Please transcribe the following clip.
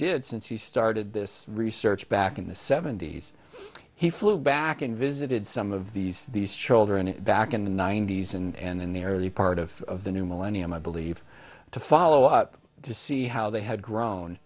did since he started this research back in the seventy's he flew back and visited some of these these children back in the ninety's and in the early part of the new millennium i believe to follow up to see how they had grown